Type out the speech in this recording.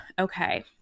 Okay